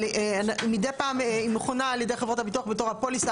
אבל מידי פעם היא מכונה על ידי חברות הביטוח בתור "הפליסה